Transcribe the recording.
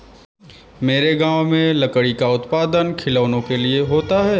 मेरे गांव में लकड़ी का उत्पादन खिलौनों के लिए होता है